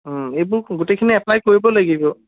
এইবোৰ গোটেখিনি এপ্লাই কৰিব লাগিব